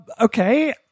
Okay